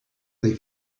they